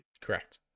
Correct